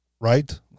right